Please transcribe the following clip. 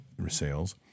resales